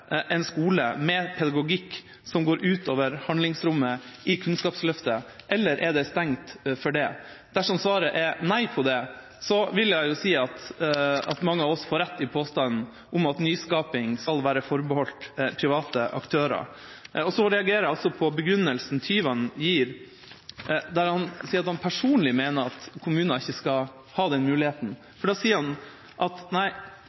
en skole med pedagogikk som går utover handlingsrommet i Kunnskapsløftet, eller er det stengt for det? Dersom svaret er nei på det, vil jeg si at mange av oss får rett i påstanden om at nyskaping skal være forbeholdt private aktører. Så reagerer jeg på begrunnelsen representanten Tyvand gir, der han sier at han personlig mener at kommuner ikke skal ha den muligheten, for han sier at nei,